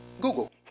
Google